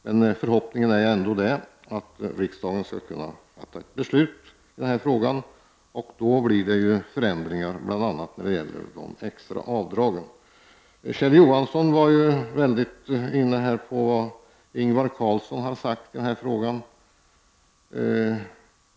Men förhoppningen är ändå att riksdagen skall kunna fatta ett beslut i den här frågan. Då blir det ju förändringar bl.a. när det gäller de extra avdragen. Kjell Johansson var inne på vad Ingvar Carlsson har sagt i den här frågan.